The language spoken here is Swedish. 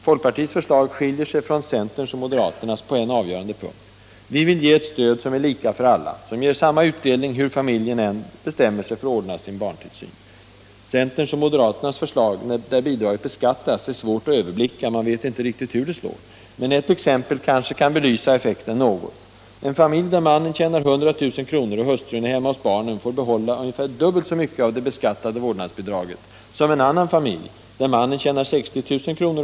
Folkpartiets förslag skiljer sig från centerns och moderaternas på en avgörande punkt: Vi vill ge ett stöd som är lika för alla, som ger samma utdelning hur familjerna än bestämmer sig för att ordna sin barntillsyn. Centerns och moderaternas förslag, där vårdnadsbidraget beskattas, är svårt att överblicka. Man vet inte riktigt hur det slår. Men ett exempel kan kanske belysa effekten något. En familj, där mannen tjänar 100 000 kr. och hustrun är hemma hos barnen, får behålla ungefär dubbelt så mycket av det beskattade vårdnadsbidraget som en annan familj där mannen tjänar 60000 kr.